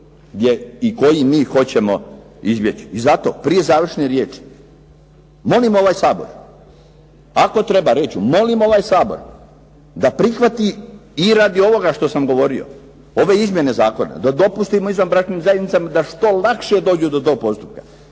i koji mi hoćemo izbjeći. I zato, prije završne riječi, molim ovaj Sabor, ako treba reći molim ovaj Sabor da prihvati i radi ovoga što sam govorio, ove izmjene zakona da dopustimo izvanbračnim zajednicama da što lakše dođu do tog postupka,